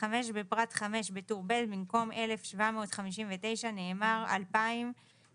בפרט (5), בטור ב', במקום "1,759" נאמר "2,056".